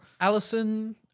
Allison